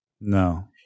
no